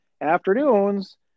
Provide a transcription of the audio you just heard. afternoons